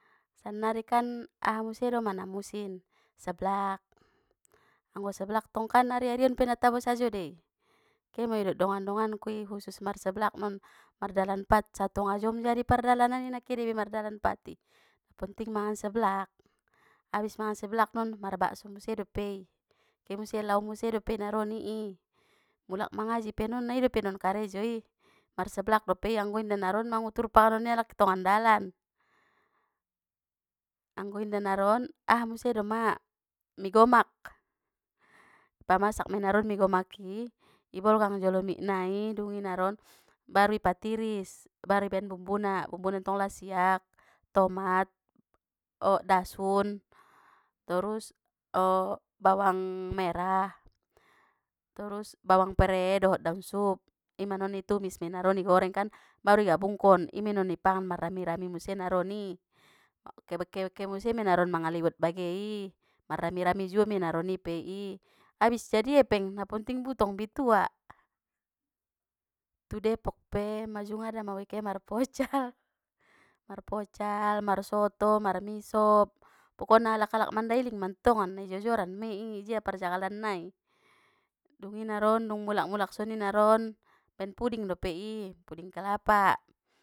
Sannari kan aha muse doma na musim seblak, anggo seblak tongkan ari-ari on pe na tabo sajo dei, ke ma dot dongan-donganku i khusus marseblak mon mardalan pat satonga jom jadi pardalanan i na ke de iba mardalan pat i ponting mangan seblak abis mangan seblak non marbakso muse dopei ke muse lao muse dopena naroni i mulak mangaji pe non na idope non karejo i marseblak dope i angg inda naron mangutur panganon ni alak i tongandalan, anggo inda naron aha muse doma mie gomak pamasak mei naron mie gomak i ibolgang jolo mik nai dungi naron baru i patiris baru ibaen bumbuna, bumbuna ntong lasiak, tomat, o dasun, torus o bawang merah, torus bawang prei dot daun sup ima non i tumis mei naron igoreng kan baru igabungkon imei non ipangan marrami-rami muse naron i ke muse me naron mangaliwet bage i marrami-rami juo mei naron ipe i abis jadi epeng na ponting butong bitua, tu depok pe ma jungada maui ke marpocal marpocal marsoto marmisop pokokna alak-alak mandailing mantongan na i jojoran mei i ijia parjagalan na i dungi naron dung mulak-mulak soni naron baen puding dopei i puding kelapa.